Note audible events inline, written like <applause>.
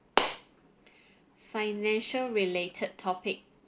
<breath> financial related topic